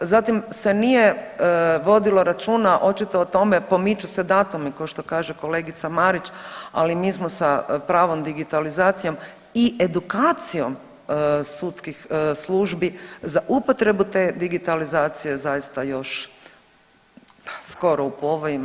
Zatim se nije vodilo računa očito o tome pomiču se datumi kao što kaže kolegica Marić, ali mi smo sa pravom digitalizacijom i edukacijom sudskih službi za upotrebu te digitalizacije zaista još skoro u povojima.